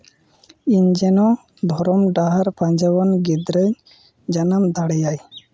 ᱤᱧ ᱡᱮᱱᱚ ᱫᱷᱚᱨᱚᱢ ᱰᱟᱦᱟᱨ ᱯᱟᱸᱡᱟᱣᱭᱟᱱ ᱜᱤᱫᱽᱨᱟᱹᱧ ᱡᱟᱱᱟᱢ ᱫᱟᱲᱮᱭᱟᱭ